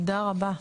תודה רבה.